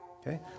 Okay